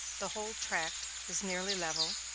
the whole tract is nearly level,